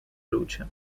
luce